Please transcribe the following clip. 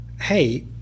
hey